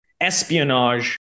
espionage